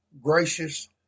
gracious